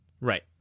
Right